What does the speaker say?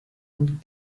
und